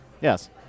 yes